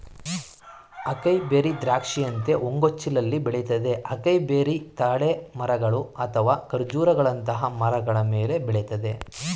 acai berry ದ್ರಾಕ್ಷಿಯಂತೆ ಹೂಗೊಂಚಲಲ್ಲಿ ಬೆಳಿತದೆ ಅಕೈಬೆರಿ ತಾಳೆ ಮರಗಳು ಅಥವಾ ಖರ್ಜೂರಗಳಂತಹ ಮರಗಳ ಮೇಲೆ ಬೆಳಿತದೆ